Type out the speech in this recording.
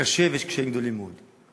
קשה, ויש קשיים גדולים מאוד.